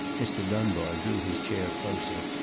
mr. dunbar drew his chair closer,